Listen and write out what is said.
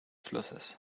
flusses